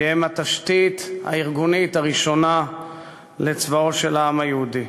שהם התשתית הארגונית הראשונה לצבאו של העם היהודי.